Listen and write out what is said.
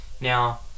Now